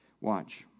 Watch